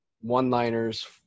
one-liners